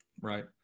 Right